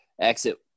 exit